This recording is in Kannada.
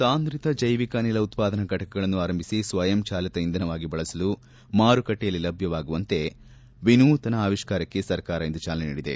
ಸಾಂದ್ರಿತ ಜೈವಿಕ ಅನಿಲ ಉತ್ಪಾದನಾ ಘಟಕಗಳನ್ನು ಆರಂಭಿಸಿ ಸ್ವಯಂಚಾಲಿತ ಇಂಧನವಾಗಿ ಬಳಸಲು ಮಾರುಕಟ್ಟೆಯಲ್ಲಿ ಲಭ್ಞವಾಗುವಂತೆ ಮಾಡುವ ವಿನೂತನ ಆವಿಷ್ಕಾರಕ್ಕೆ ಸರ್ಕಾರ ಇಂದು ಚಾಲನೆ ನೀಡಿದೆ